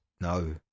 no